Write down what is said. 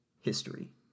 history